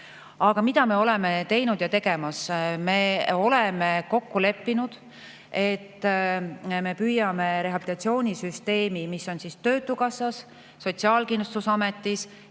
Aga mida me oleme teinud ja tegemas? Me oleme kokku leppinud, et me püüame rehabilitatsioonisüsteemi, mis on töötukassas, Sotsiaalkindlustusametis